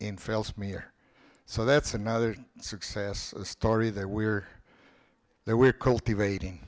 in fails me here so that's another success story that we're there we're cultivating